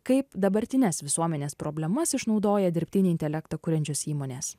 kaip dabartines visuomenės problemas išnaudoja dirbtinį intelektą kuriančios įmonės